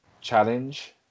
challenge